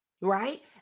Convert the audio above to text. right